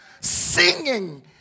singing